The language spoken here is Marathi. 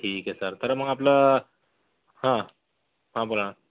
ठीक आहे सर तर मग आपला हा हा बोला ना